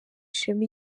ishema